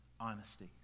honesty